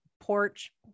porch